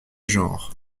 genre